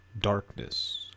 Darkness